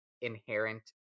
inherent